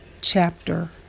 chapter